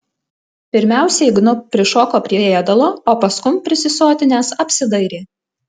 pirmiausiai gnu prišoko prie ėdalo o paskum prisisotinęs apsidairė